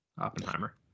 oppenheimer